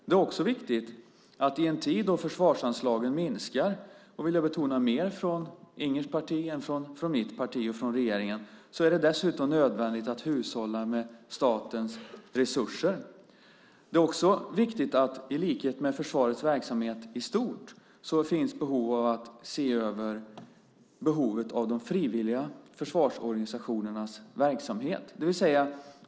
Det är också viktigt att i en tid då försvarsanslagen minskar - jag vill betona mer från Ingers parti än från mitt parti och regeringen - är det dessutom nödvändigt att hushålla med statens resurser. Det är också viktigt att i likhet med försvarets verksamhet i stort finns det behov av att se över de frivilliga försvarsorganisationernas verksamhet.